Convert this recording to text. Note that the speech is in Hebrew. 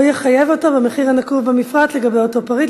או יחייב אותו במחיר הנקוב במפרט לגבי אותו פריט,